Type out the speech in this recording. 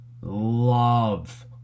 love